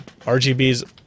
RGBs